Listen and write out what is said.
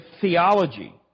theology